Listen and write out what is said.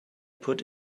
put